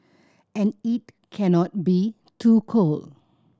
and it cannot be too cold